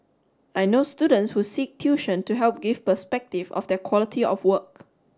I know students who seek tuition to help give perspective of their quality of work